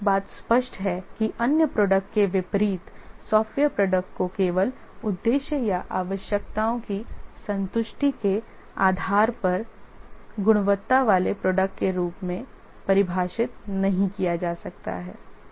तो एक बात स्पष्ट है कि अन्य प्रोडक्ट के विपरीत सॉफ्टवेयर प्रोडक्ट को केवल उद्देश्य या आवश्यकताओं की संतुष्टि के आधार पर गुणवत्ता वाले प्रोडक्ट के रूप में परिभाषित नहीं किया जा सकता है